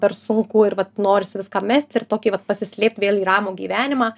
per sunku ir vat norisi viską mesti ir tokį va pasislėpt vėl į ramų gyvenimą